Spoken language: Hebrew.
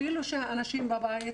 אפילו שהאנשים בבית,